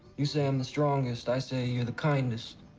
you say i'm the strongest. i say you're the kindest.